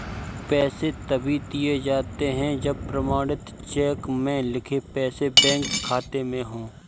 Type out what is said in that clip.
पैसे तभी दिए जाते है जब प्रमाणित चेक में लिखे पैसे बैंक खाते में हो